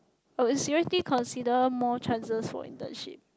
I'll seriously consider more chances for internship